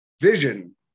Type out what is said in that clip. vision